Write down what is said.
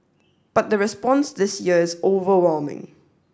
but the response this year is overwhelming